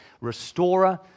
restorer